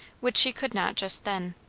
which she could not just then.